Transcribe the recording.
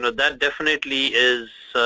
that definitely is